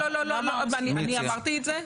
אני אמרתי את זה?